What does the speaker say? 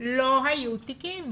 לא היו תיקים